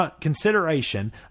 consideration